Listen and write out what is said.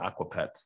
Aquapets